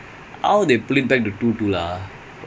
like நானும் நானும்:naanum naanum join பண்றேன்:pandraen